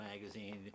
magazine